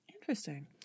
Interesting